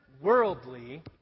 worldly